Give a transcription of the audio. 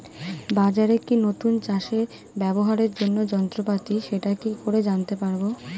বাজারে কি নতুন চাষে ব্যবহারের জন্য যন্ত্রপাতি সেটা কি করে জানতে পারব?